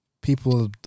people